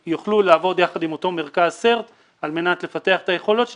יוכלו לעבוד יחד עם אותו מרכז CERT על מנת לפתח את היכולות שלהם,